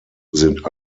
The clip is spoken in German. sind